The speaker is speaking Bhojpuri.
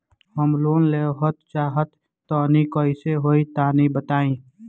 हम लोन लेवल चाह तनि कइसे होई तानि बताईं?